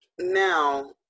now